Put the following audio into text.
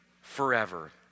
forever